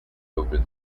over